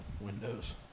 windows